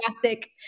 classic